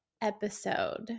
episode